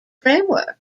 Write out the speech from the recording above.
framework